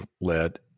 led